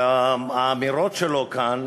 האמירות שלו כאן,